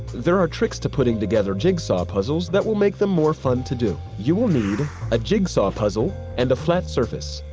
there are tricks to putting together jigsaw puzzles that will make them more fun to do. you will need a jigsaw puzzle and a flat surface.